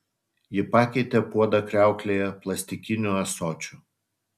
ji pakeitė puodą kriauklėje plastikiniu ąsočiu